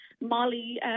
Molly